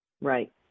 Right